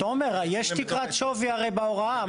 תומר, יש תקרת שווי בהוראה.